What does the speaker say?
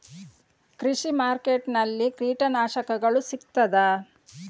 ಕೃಷಿಮಾರ್ಕೆಟ್ ನಲ್ಲಿ ಕೀಟನಾಶಕಗಳು ಸಿಗ್ತದಾ?